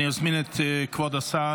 אני אזמין את כבוד השר